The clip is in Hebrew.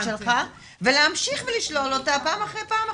שלך ולהמשיך ולשלול אותה פעם אחרי פעם,